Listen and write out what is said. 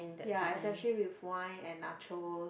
ya especially with wine and nachos